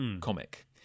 comic